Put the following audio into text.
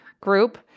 group